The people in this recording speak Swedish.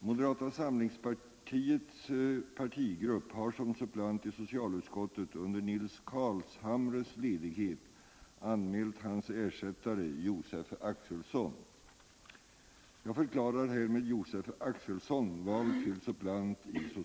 Moderata samlingspartiets partigrupp har som suppleanti levnad av den nya socialutskottet under Nils Carlshamres ledighet anmält hans ersättare Josef energihushållnings Axelsson.